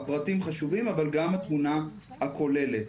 הפרטים חשובים אבל גם התמונה הכוללת.